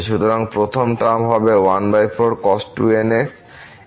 সুতরাং প্রথম টার্ম হবে